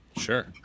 Sure